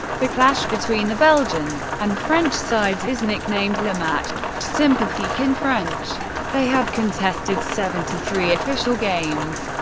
the clash between the belgian and french sides is nicknamed le match sympathique in french they have contested seventy three official games.